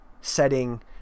setting